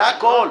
זה הכול.